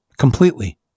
completely